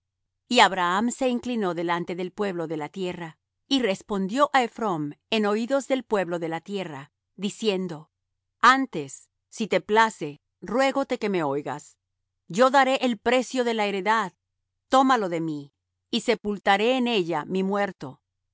y abraham se inclinó delante del pueblo de la tierra y respondió á ephrón en oídos del pueblo de la tierra diciendo antes si te place ruégote que me oigas yo daré el precio de la heredad tómalo de mí y sepultaré en ella mi muerto